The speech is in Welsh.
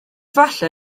falle